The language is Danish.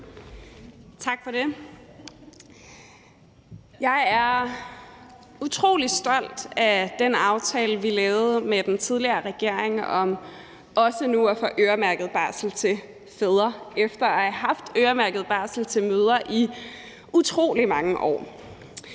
Tak for det. Jeg er utrolig stolt af den aftale, vi lavede med den tidligere regering om også nu at få øremærket barsel til fædre efter at have haft øremærket barsel til mødre i utrolig mange år.